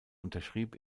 unterschrieb